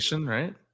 right